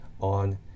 on